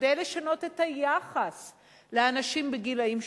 כדי לשנות את היחס לאנשים בגילים שונים,